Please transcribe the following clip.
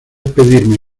pedirme